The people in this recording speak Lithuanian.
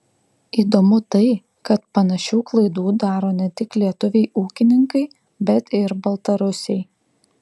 įdomu tai kad panašių klaidų daro ne tik lietuviai ūkininkai bet ir baltarusiai